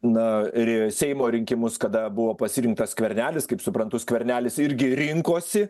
na ir seimo rinkimus kada buvo pasirinktas skvernelis kaip suprantu skvernelis irgi rinkosi